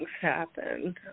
happen